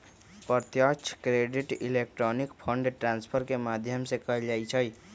प्रत्यक्ष credit electronic fund transfer के माध्यम से कएल जाइ छइ